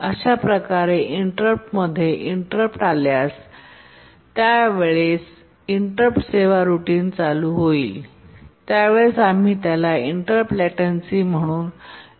अशाप्रकारे इंटरप्ट मध्ये इंटरप्ट आल्यास त्या वेळेस वेळेस इंटरप्ट सेवा रुटीन चालू होईल त्यावेळेस आम्ही त्याला इंटरप्ट लॅटेन्सी वेळ म्हणून संबोधतो